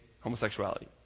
homosexuality